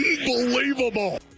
Unbelievable